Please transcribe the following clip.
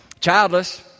childless